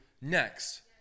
next